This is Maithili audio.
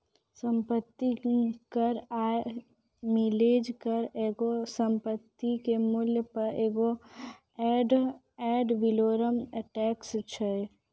सम्पति कर या मिलेज कर एगो संपत्ति के मूल्यो पे एगो एड वैलोरम टैक्स छै